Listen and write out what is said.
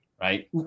right